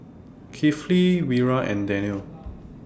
Kifli Wira and Daniel